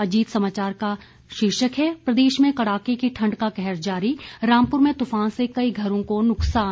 अजीत समाचार का शीर्षक है प्रदेश में कड़ाके की ठंड का कहर जारी रामपुर में तूफान से कई घरों को नुकसान